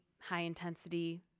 high-intensity